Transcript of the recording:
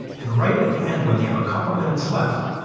and right at the end, when they have a couple minutes left,